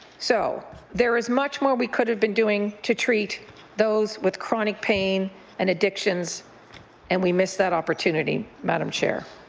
so there is much more we could have been doing to treat those with chronic pain and addictions and we missed that opportunity madam chair.